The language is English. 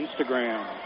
Instagram